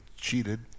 cheated